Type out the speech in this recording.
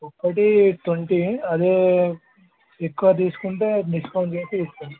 ఒక్కటి ట్వంటీ అదే ఎక్కువ తీసుకుంటే డిస్కౌంట్ చేసి ఇస్తాను